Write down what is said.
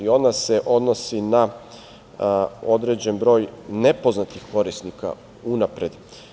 Ona se odnosi na određen broj nepoznatih korisnika unapred.